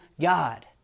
God